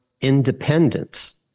independence